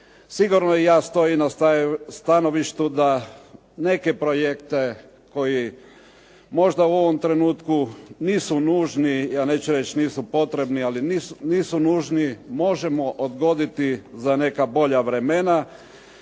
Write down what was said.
Sigurno je i ja stojim na stanovištu da neke projekte koji možda u ovom trenutku nisu nužni, ja neću reći nisu potrebni, ali nisu nužni, možemo odgoditi za neka bolja vremena